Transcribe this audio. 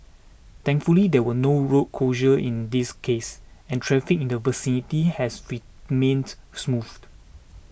thankfully there were no road closure in this case and traffic in the vicinity has feet remained smooth